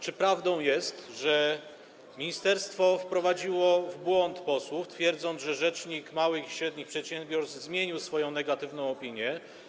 Czy prawdą jest, że ministerstwo wprowadziło w błąd posłów, twierdząc, że rzecznik małych i średnich przedsiębiorców zmienił swoją negatywną opinię?